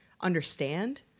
understand